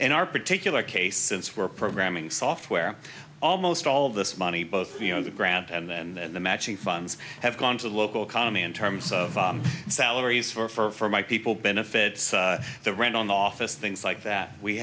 and our particular case since we're programming software almost all of this money both you know the ground and then the matching funds have gone to the local economy in terms of salaries for my people benefits the rent on the office things like that we